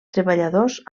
treballadors